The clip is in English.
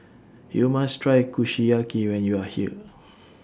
YOU must Try Kushiyaki when YOU Are here